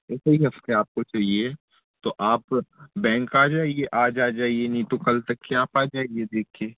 इसी हफ्ते आपको चाहिए तो आप बैंक आ जाइए आज आ जाइए नहीं तो कल तक कि आप आ जाइए देख के